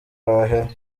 wahera